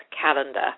calendar